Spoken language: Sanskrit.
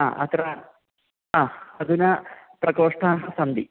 हा अत्र हा अधुना प्रकोष्ठाः सन्ति